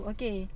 Okay